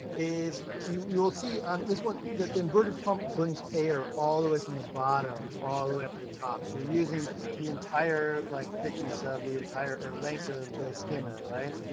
is you'll you'll see on this one, that the inverted pump brings air all the way from the bottom, all the way up to the so you're using the entire like thickness of the entire, or length of the skimmer, right?